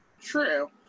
True